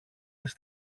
της